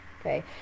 Okay